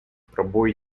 пробой